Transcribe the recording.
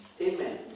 Amen